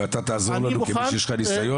ואתה תעזור לנו כי יש לך ניסיון,